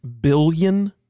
billion